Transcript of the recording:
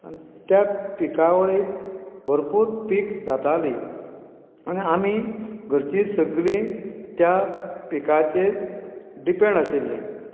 त्या पिकावळीक भरपूर पीक जातालीं आनी आमी घरचीं सगलीं त्या पिकाचेर डिपॅण आशिल्लीं